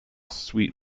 sweet